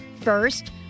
First